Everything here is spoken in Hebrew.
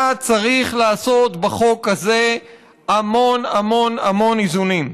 היה צריך לעשות בחוק הזה המון המון המון איזונים.